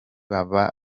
baba